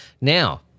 Now